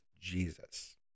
Jesus